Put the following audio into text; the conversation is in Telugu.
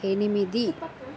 ఎనిమిది